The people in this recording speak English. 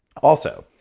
also,